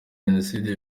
jenoside